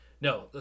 no